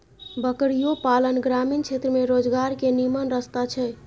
बकरियो पालन ग्रामीण क्षेत्र में रोजगार के निम्मन रस्ता छइ